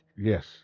Yes